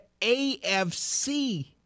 AFC